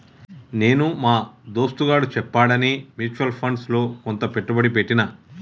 నేను మా దోస్తుగాడు చెప్పాడని మ్యూచువల్ ఫండ్స్ లో కొంత పెట్టుబడి పెట్టిన